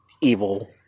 evil